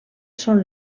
són